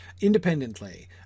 independently